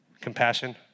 Compassion